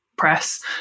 Press